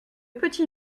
petit